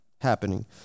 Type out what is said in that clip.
happening